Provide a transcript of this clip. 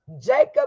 Jacob